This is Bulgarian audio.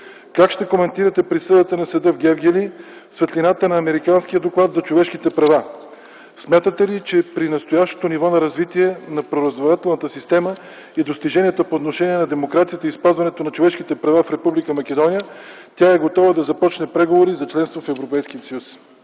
Как ще коментирате присъдата на съда в Гевгели в светлината на американския доклад за човешките права? Смятате ли, че при настоящото ниво на развитие на правораздавателната система и достиженията по отношение на демокрацията и спазването на човешките права в Република Македония тя е готова да започне преговори за членство в Европейския съюз?